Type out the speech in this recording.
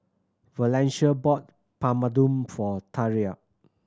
Valencia bought Papadum for Thyra